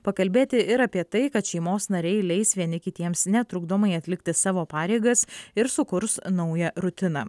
pakalbėti ir apie tai kad šeimos nariai leis vieni kitiems netrukdomai atlikti savo pareigas ir sukurs naują rutiną